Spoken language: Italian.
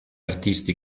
artisti